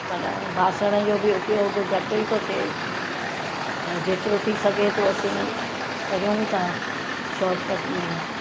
माना बासण जो बि उपयोग घटि ई थो थे ऐं जेतिरो थी सघे थो असीं कयूं था शॉटकट में